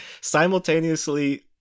simultaneously